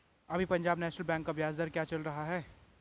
अभी Punjab national bank का ब्याज दर क्या चल रहा है?